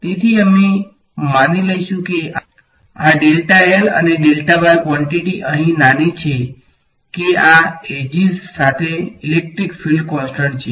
તેથીઅમે માની લઈશું કે આ અને કવોંટીટી અહી નાની છે કે આ એજીસ સાથે ઇલેક્ટ્રિક ફિલ્ડ કોનસટંટ છે